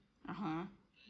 (uh huh)